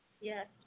Yes